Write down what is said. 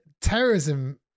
terrorism